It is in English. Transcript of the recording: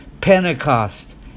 pentecost